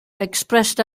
expressed